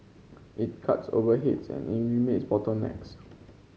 it cuts overheads and bottlenecks